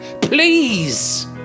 Please